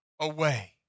away